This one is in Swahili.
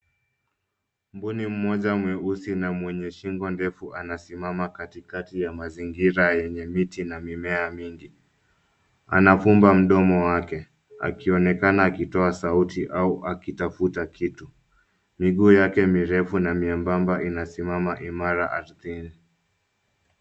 Mbuni moja mweusi na mwenye shingo ndefu anasimama katikati ya mazingira yenye miti na mimea mingi. Anavumba mdomo wake akionekana akitoa sauti au akitafuta kitu. Miguu yake mirefu na miembamba inasimama imara ardhini.